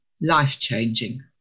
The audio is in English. life-changing